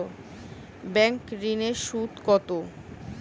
Bank ঋন এর সুদ কত?